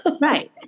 Right